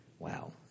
Wow